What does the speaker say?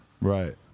Right